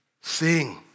Sing